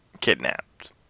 kidnapped